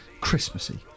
Christmassy